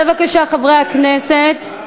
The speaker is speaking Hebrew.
בבקשה, חברי הכנסת,